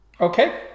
Okay